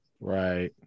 Right